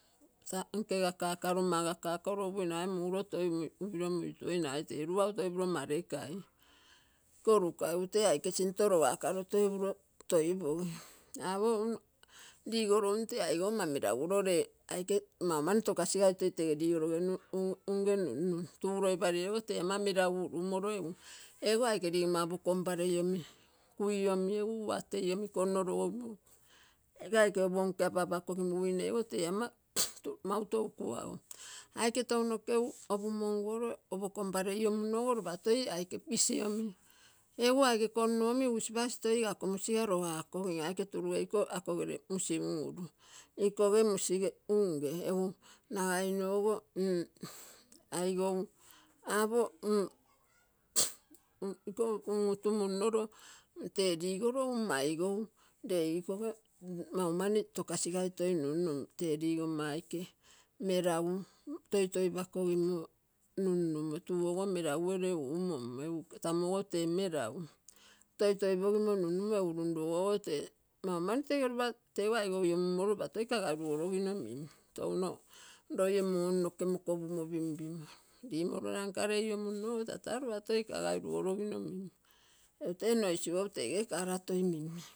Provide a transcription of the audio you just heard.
Nkegakakaro magakakaro upui nagai to muro toi upulo muituoim, nagaite luau toi up klo marakei. Iko luka egu te aike toi sinto logakaro toi upuro toi pogim. Apo ligolo um tee aigou ama melagulo, le aike maumani to kasigai toi tege ligologe unge numnum. Tuu loipahei ogo tee ama meragu ulumoro egu ego aike ligomma opo kompareiomi kui omi egu uatei omi konno, ego aike opo omi apaapakogiguine e te ama mauto u kuago. Aike tou nokeu opumonguaro, opo kumparei iomuunogo lopa toi aike pisiomi ego aike konnomi toi usipasi igako musiga logakogim. Aike tuluge iko akogere musi un ulu ikoge musige unge, egu nagainlogo m-aigou apo m-iko um utumunnoro te ligoro um maigou, le ikoge mau mani tokasi toi numnum te ligomma aike meragu toitoipakogimo numnummo tuu ogo meragu gere uumommo egu tamu ogo tee meragu, toitoi pogimo numnum mo egu lumlugogo te maumani tege lopa togo aigou iomummolo lopa toi kagai lugologino min. Touno loie moni noko mokopumo pimpimoro limonkalei iom umnogo lopa toi kagai lugologino min egu te nno isigou tege kara toi mimmin.